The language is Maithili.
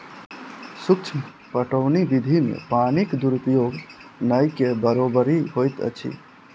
सूक्ष्म पटौनी विधि मे पानिक दुरूपयोग नै के बरोबरि होइत अछि